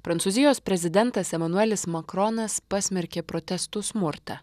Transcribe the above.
prancūzijos prezidentas emanuelis makronas pasmerkė protestų smurtą